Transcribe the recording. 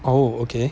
oh okay